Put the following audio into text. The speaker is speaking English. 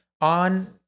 on